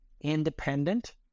independent